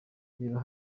reba